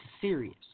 serious